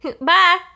Bye